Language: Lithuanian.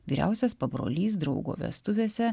vyriausias pabrolys draugo vestuvėse